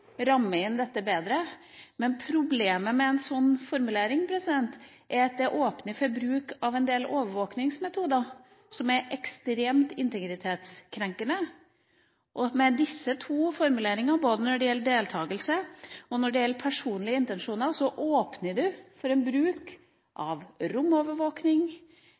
ramme inn dette bedre, men problemet med en sånn formulering er at det åpner for bruk av en del overvåkningsmetoder som er ekstremt integritetskrenkende. Jeg tror at med disse to formuleringene – både det som gjelder deltakelse i terrororganisasjon og det som gjelder personlige intensjoner – så åpner du for bruk av